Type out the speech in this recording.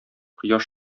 кояш